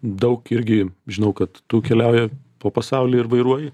daug irgi žinau kad tu keliauji po pasaulį ir vairuoji